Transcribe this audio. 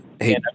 hey